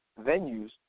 venues